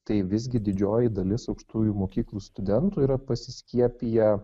tai visgi didžioji dalis aukštųjų mokyklų studentų yra pasiskiepiję